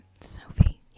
Sophie